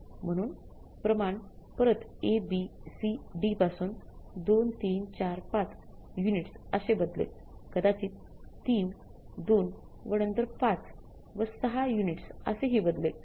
म्हणजे प्रमाण परत A B C D पासून 2 3 4 5 युनिटस असे बदलेल कदाचित 3 2 व नन्तर 5 व 6 युनिट्स असेहि बदलेल